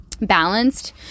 balanced